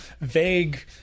vague